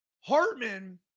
Hartman